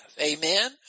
Amen